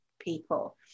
people